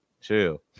chill